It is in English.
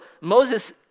Moses